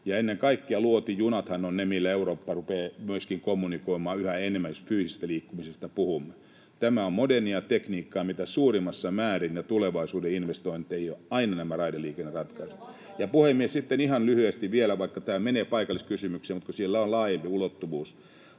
ja ennen kaikkea luotijunathan ovat ne, millä Eurooppa rupeaa myöskin kommunikoimaan yhä enemmän, jos fyysisestä liikkumisesta puhumme. Nämä raideliikenneratkaisut ovat modernia tekniikkaa mitä suurimmassa määrin ja tulevaisuuden investointeja aina. [Mika Niikko: Edustaja Kiljunen, Vantaa ei ole suurkaupunki!] Puhemies! Sitten ihan lyhyesti vielä — vaikka tämä menee paikalliskysymykseen, mutta sillä on laajempi ulottuvuus